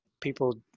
people